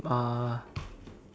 uh